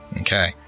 Okay